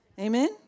Amen